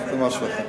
זה משהו אחר.